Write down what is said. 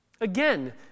Again